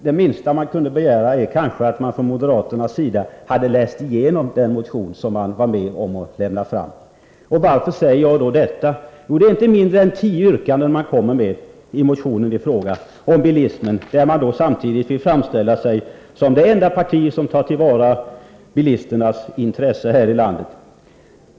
Det minsta man kunde begära är ändå att moderaterna hade läst igenom den motion de varit med om att avlämna! Varför säger jag nu detta? Jo, moderaterna ställer tio yrkanden om bilismen i motionen och framställer sig samtidigt som det enda parti som tar till vara bilisternas intressen här i landet.